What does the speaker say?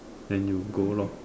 then you go lor